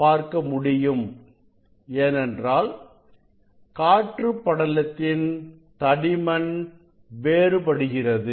பார்க்க முடியும் ஏனென்றால் காற்று படலத்தின் தடிமன் வேறுபடுகிறது